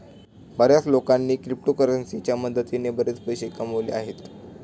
बर्याच लोकांनी क्रिप्टोकरन्सीच्या मदतीने बरेच पैसे कमावले आहेत